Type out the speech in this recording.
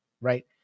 right